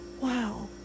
wow